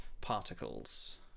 particles